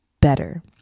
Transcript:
better